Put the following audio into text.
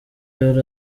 yari